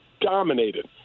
dominated